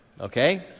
okay